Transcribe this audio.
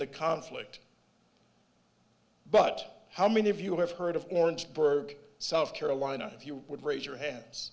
the conflict but how many of you have heard of orangeburg south carolina if you would raise your hands